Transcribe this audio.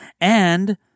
And-